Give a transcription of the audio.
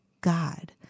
God